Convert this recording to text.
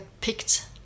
picked